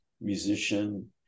musician